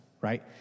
right